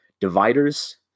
dividers